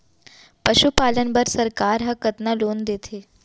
पशुपालन बर सरकार ह कतना लोन देथे?